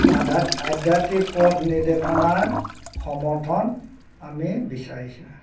আধ্যা আধ্যাত্মিক পথ নিৰ্দেশনাৰ সমৰ্থন আমি বিচাৰিছোঁ